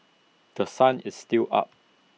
The Sun is still up